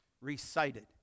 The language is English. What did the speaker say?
recited